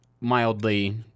mildly